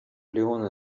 леоне